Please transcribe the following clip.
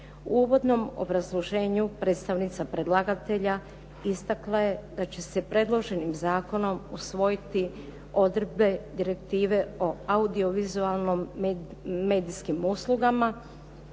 U uvodnom obrazloženju predstavnica predlagatelja istakla je da će se predloženim zakonom usvojiti odredbe Direktive o audiovizualnim, medijskim uslugama